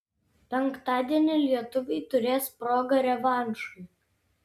penktadienį lietuviai turės progą revanšui